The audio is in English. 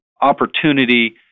opportunity